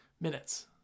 minutes